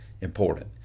important